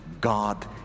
God